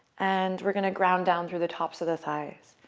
and we're gonna ground down through the tops of the thighs,